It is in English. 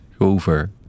over